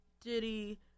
diddy